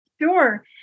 sure